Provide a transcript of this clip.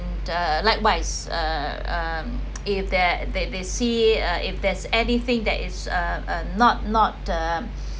the likewise uh um if they're they they see uh if there's anything that is uh not not uh